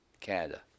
Canada